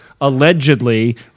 allegedly